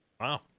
wow